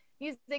music